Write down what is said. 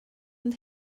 and